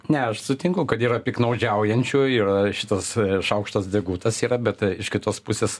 ne aš sutinku kad yra piktnaudžiaujančių ir šitas šaukštas degutas yra bet iš kitos pusės